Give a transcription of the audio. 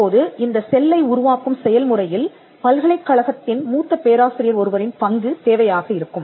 இப்போது இந்த செல்லை உருவாக்கும் செயல்முறையில் பல்கலைக்கழகத்தின் மூத்த பேராசிரியர் ஒருவரின் பங்கு தேவையாக இருக்கும்